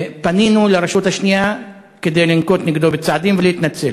פנינו לרשות השנייה כדי לנקוט נגדו צעדים ולהתנצל.